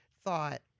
thought